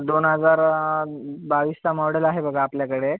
दोन हजार बावीसचा मॉडल आहे बघा आपल्याकडे